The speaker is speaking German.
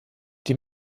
die